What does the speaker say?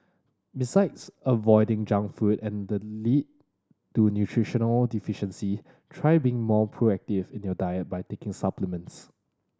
besides avoiding junk food and the lead to nutritional deficiencies try being more proactive in your diet by taking supplements